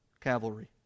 cavalry